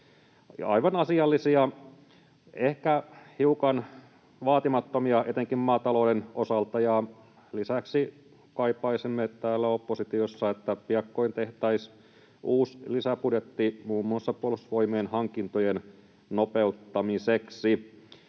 aivan asiallisia — ehkä hiukan vaatimattomia etenkin maatalouden osalta. Ja lisäksi kaipaisimme täällä oppositiossa, että piakkoin tehtäisiin uusi lisäbudjetti muun muassa Puolustusvoimien hankintojen nopeuttamiseksi.